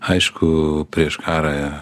aišku prieš karą